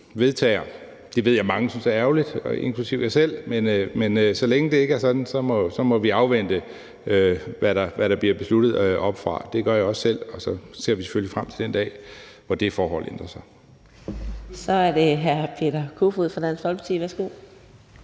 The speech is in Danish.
vedtager – det ved jeg at mange synes er ærgerligt, inklusive jeg selv. Men så længe det ikke er sådan, må vi afvente, hvad der bliver besluttet oppefra. Det gør jeg også selv. Og så ser vi selvfølgelig frem til den dag, hvor det forhold ændrer sig. Kl. 17:48 Fjerde næstformand (Karina